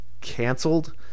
canceled